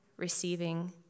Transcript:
Receiving